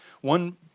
one